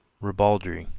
ribaldry,